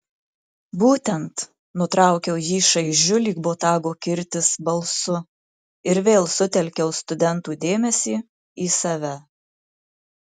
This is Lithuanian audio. būtent nutraukiau jį šaižiu lyg botago kirtis balsu ir vėl sutelkiau studentų dėmesį į save